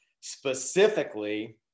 specifically